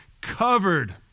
covered